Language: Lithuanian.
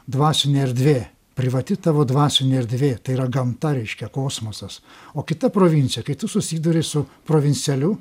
dvasinė erdvė privati tavo dvasinė erdvė tai yra gamta reiškia kosmosas o kita provincija kai tu susiduri su provincialiu